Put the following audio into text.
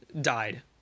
died